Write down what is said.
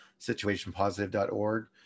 situationpositive.org